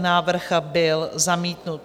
Návrh byl zamítnut.